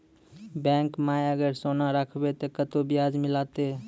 Bank माई अगर सोना राखबै ते कतो ब्याज मिलाते?